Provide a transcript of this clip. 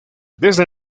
desde